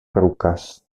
průkaz